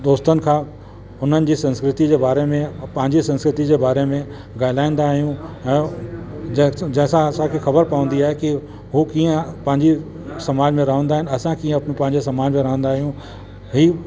दोस्तनि खां हुननि जी संस्कृति जे बारे में पंहिंजी संस्कृति जे बारे में ॻाल्हाईंदा आहियूं ऐं जंहिं जंहिं सां असांखे ख़बर पवंदी आहे की उहे कीअं पंहिंजी समाज में रहंदा आहिनि असां कीअं पंहिंजे समाज में रहंदा आहियूं हीअ